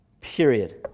Period